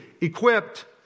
equipped